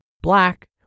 black